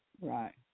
right